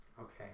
Okay